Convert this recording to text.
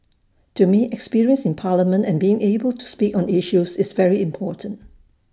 to me experience in parliament and being able to speak on issues is very important